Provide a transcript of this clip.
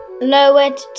lowered